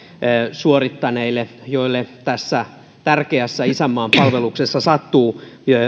suorittaneille joille tässä tärkeässä isänmaan palveluksessa sattuu